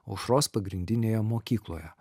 aušros pagrindinėje mokykloje